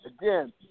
again